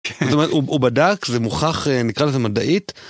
הוא בדק זה מוכרח נקרא לזה מדעית.